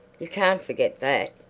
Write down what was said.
you can't forget that.